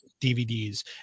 DVDs